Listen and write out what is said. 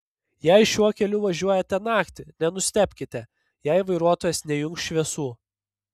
jei šiuo keliu važiuojate naktį nenustebkite jei vairuotojas neįjungs šviesų